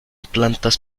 plantas